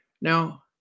Now